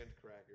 cracker